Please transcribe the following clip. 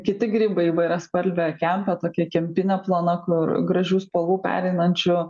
kiti grybai įvairiaspalvė kempė tokia kempinė plona kur gražių spalvų pereinančių